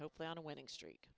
hopefully on a winning streak